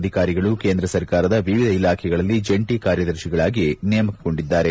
ಅಧಿಕಾರಿಗಳು ಕೇಂದ್ರ ಸರ್ಕಾರದ ವಿವಿಧ ಇಲಾಖೆಗಳಲ್ಲಿ ಜಂಟಿ ಕಾರ್ಯದರ್ಶಿಗಳಾಗಿ ನೇಮಕ ಗೊಂಡಿದ್ದಾರೆ